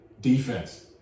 Defense